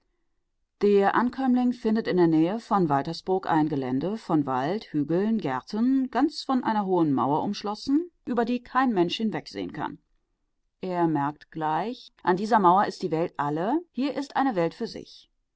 der ankömmling findet in der nähe von waltersburg ein gelände von wald hügeln gärten ganz von einer hohen mauer umschlossen über die kein mensch hinwegsehen kann er merkt gleich ah an dieser mauer ist die welt alle hier ist eine welt für sich